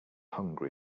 hungry